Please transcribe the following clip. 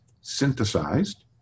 synthesized